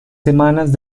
semanas